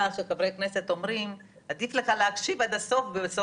שכבר עכשיו האוטובוסים מלאים ב-120%,